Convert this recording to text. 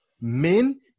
men